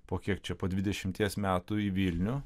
po kiek čia po dvidešimties metų į vilnių